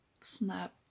snap